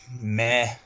meh